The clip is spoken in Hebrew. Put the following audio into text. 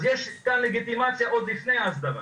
אז יש כאן לגיטימציה עוד לפני ההסדרה.